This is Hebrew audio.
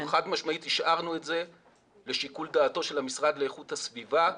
אנחנו חד משמעית השארנו את זה לשיקול של המשרד לאיכות הסביבה.